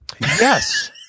Yes